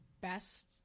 best